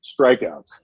strikeouts